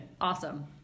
Awesome